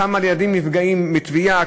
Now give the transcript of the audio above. כמה ילדים נפגעים מטביעה,